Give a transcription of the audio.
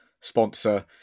sponsor